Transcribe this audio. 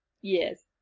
Yes